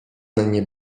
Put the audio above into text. nie